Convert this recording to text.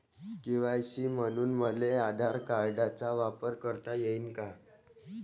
KYC म्हनून मले आधार कार्डाचा वापर करता येईन का?